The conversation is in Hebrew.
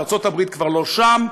וארצות הברית כבר לא שם,